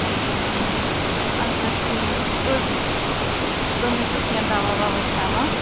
کِہیٖنٛۍ نہٕ اَچھا ٹھیٖک تُہۍ تُہۍ ما چھُو کیٚنٛہہ دَوا وَوا کھٮ۪وان